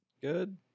good